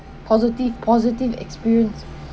positive positive experience